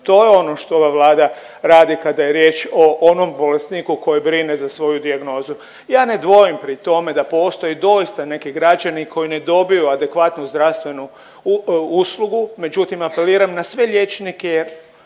to je ono što ova Vlada radi kada je riječ o onom bolesniku koji brine za svoju dijagnozu. Ja ne dvojim pri tome da postoje doista neki građani koji ne dobiju adekvatnu zdravstvenu uslugu, međutim apeliram na sve liječnike,